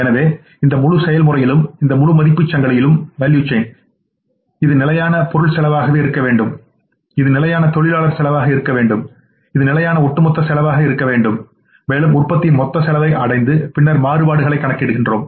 எனவே இந்த முழு செயல்முறையிலும் இந்தமுழுமதிப்புச் சங்கிலியிலும் இது நிலையான பொருள் செலவாக இருக்க வேண்டும் இது நிலையானதொழிலாளர்செலவாக இருக்க வேண்டும் இதுநிலையான ஒட்டுமொத்தசெலவாகஇருக்க வேண்டும் மேலும் உற்பத்தியின்மொத்தசெலவைஅடைந்துபின்னர் மாறுபாடுகளைக் கணக்கிடுகிறோம்